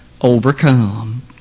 overcome